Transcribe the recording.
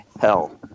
hell